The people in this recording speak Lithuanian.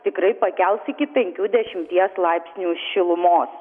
tikrai pakels iki penkių dešimties laipsnių šilumos